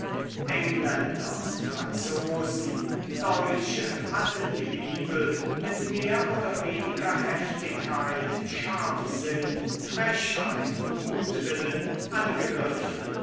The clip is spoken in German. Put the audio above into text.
engländer franzosen deutsche hatten die bibel mit mehr oder weniger heftigkeit scharfsinn frechheit mutwillen angegriffen